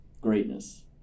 greatness